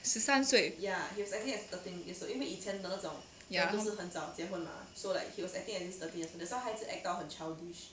十三岁 ya